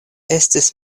estis